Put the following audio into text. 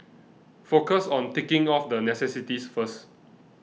focus on ticking off the necessities first